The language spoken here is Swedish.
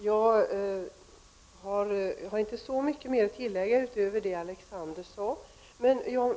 Herr talman! Jag har inte så mycket att tillägga utöver det Alexander Chrisopoulus sade.